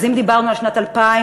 אז אם דיברנו על שנת 2000,